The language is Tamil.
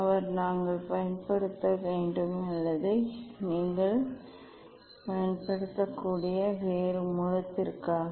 அவர் நாங்கள் பயன்படுத்த வேண்டும் அல்லது நீங்கள் பயன்படுத்தக்கூடிய வேறு மூலத்திற்காக